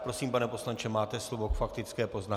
Prosím, pane poslanče, máte slovo k faktické poznámce.